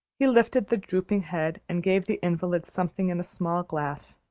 he lifted the drooping head, and gave the invalid something in a small glass.